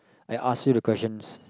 I ask you the question